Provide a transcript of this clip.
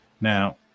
Now